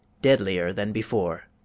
deadlier than before.